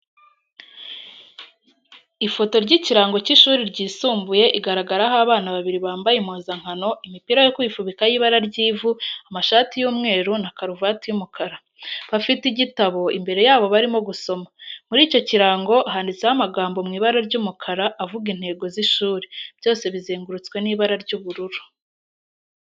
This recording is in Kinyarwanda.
Ifoto y'ikirango cy'ishuri ryisumbuye igaragaraho abana babiri bambaye impuzankano imipira yo kwifubika y'ibara ry'ivu, amashati y'umweru na karuvati y'umukara, bafite igitabo, imbere yabo barimo gusoma, muri icyo kirango handitse amagambo mu ibara ry'umukara avuga intego z'ishuri, byose bizengurutswe n'ibara ry'ubururu.